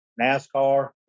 NASCAR